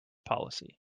policy